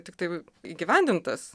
tiktai įgyvendintas